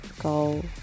goal